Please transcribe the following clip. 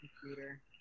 computer